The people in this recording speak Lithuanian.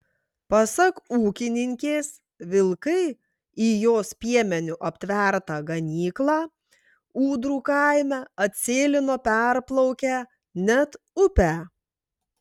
pasak ūkininkės vilkai į jos piemeniu aptvertą ganyklą ūdrų kaime atsėlino perplaukę net upę